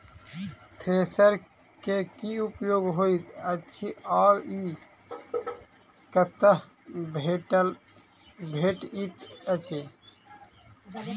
Thresher केँ की उपयोग होइत अछि आ ई कतह भेटइत अछि?